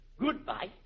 Goodbye